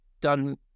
done